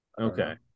Okay